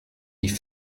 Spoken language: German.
die